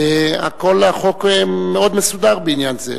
כל החוק מאוד מסודר בעניין זה,